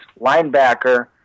Linebacker